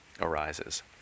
arises